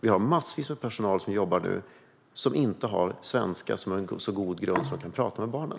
Det är massvis med personal som inte har en så god grund i svenska att de kan prata med barnen.